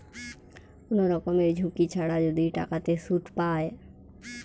কোন রকমের ঝুঁকি ছাড়া যদি টাকাতে সুধ পায়